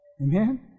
Amen